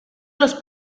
los